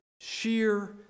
sheer